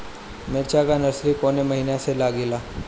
मिरचा का नर्सरी कौने महीना में लागिला?